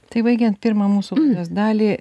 tai baigiant pirmą mūsų laidos dalį